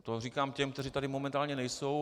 To říkám těm, kteří tady momentálně nejsou.